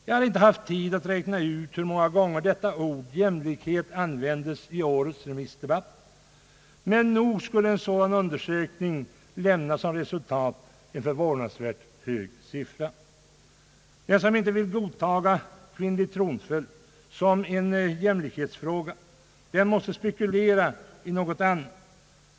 Jag har inte haft tid att räkna ut hur många gånger ordet jämlikhet användes i årest remissdebatt, men nog skulle en sådan undersökning som resultat lämna en förvånansvärt hög siffra. Den som inte vill godta kvinnlig tronföljd som en jämlikhetsfråga måste spekulera i något annat.